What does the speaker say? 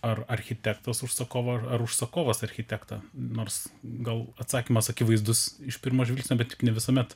ar architektas užsakovą ar ar užsakovas architektą nors gal atsakymas akivaizdus iš pirmo žvilgsnio bet tik ne visuomet